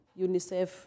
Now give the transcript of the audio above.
UNICEF